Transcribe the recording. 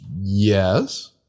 Yes